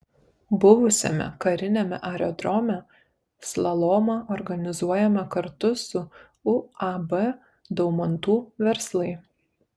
buvusiame kariniame aerodrome slalomą organizuojame kartu su uab daumantų verslai